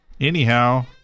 anyhow